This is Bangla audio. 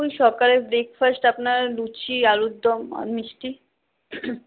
ওই সকালে ব্রেকফাস্ট আপনার লুচি আলুরদম আর মিষ্টি